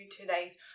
today's